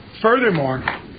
Furthermore